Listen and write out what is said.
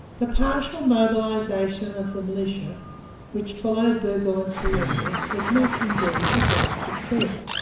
the partial mobilization of the militia which followed burgoyne's surrender was not, indeed, a great success.